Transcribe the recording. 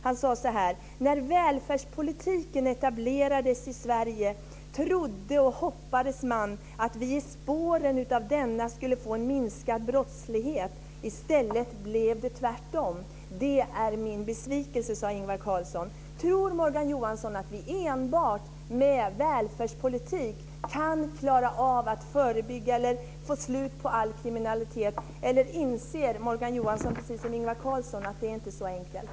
Han sade: När välfärdspolitiken etablerades i Sverige trodde och hoppades man att vi i spåren av denna skulle få en minskad brottslighet. I stället blev det tvärtom. Det är min besvikelse. Tror Morgan Johansson att vi enbart med välfärdspolitik kan klara av att förebygga eller få slut på all kriminalitet? Eller inser Morgan Johansson precis som Ingvar Carlsson att det inte är så enkelt?